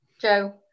joe